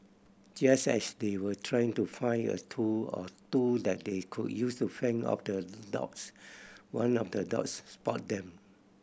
just as they were trying to find a tool or two that they could use to fend off the dogs one of the dogs spotted them